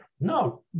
No